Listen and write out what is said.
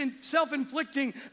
self-inflicting